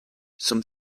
some